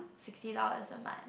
sixty dollars a month